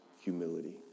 humility